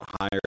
higher